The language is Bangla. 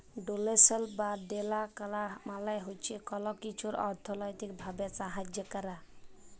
ডোলেশল বা দেলা ক্যরা মালে হছে কল কিছুর অথ্থলৈতিক ভাবে সাহায্য ক্যরা